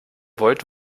wollt